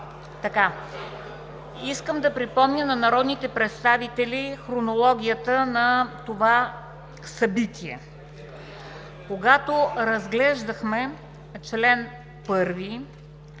Искам да припомня на народните представители хронологията на това събитие. Когато разглеждахме чл. 1,